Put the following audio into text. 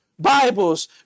Bibles